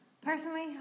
Personally